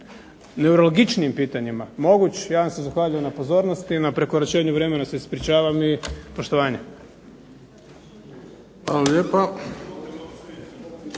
neurologičnijim pitanjima moguć, ja vam se zahvaljujem na pozornosti i na prekoračenju vremena se ispričavam. I poštovanje.